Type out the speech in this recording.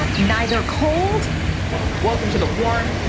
neither cold welcome to the war,